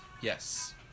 Yes